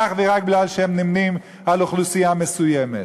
אך ורק כי הם נמנים עם אוכלוסייה מסוימת.